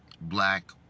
black